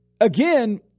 again